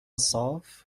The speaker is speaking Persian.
صاف